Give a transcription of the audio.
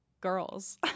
girls